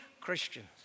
Christians